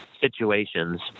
situations